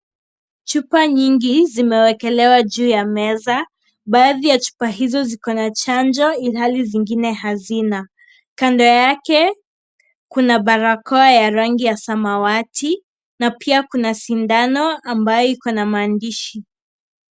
Chupa nyingi zimewekelewa juu ya meza baadhi za chupa hizo zina chanjo ilhali zingine hazina, kando yake kuna barakoa ya rangi ya samawati na pia kuna sindano ambayo iko na maandishi.